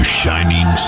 shining